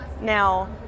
Now